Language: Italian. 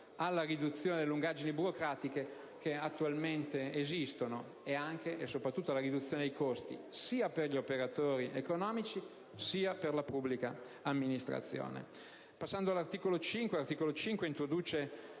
alla riduzione delle lungaggini burocratiche attualmente esistenti e, soprattutto, alla riduzione dei costi sia per gli operatori economici che per la pubblica amministrazione. Passando ad esaminare l'articolo 5, esso introduce